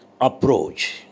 approach